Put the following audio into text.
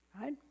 right